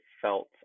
felt